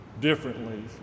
differently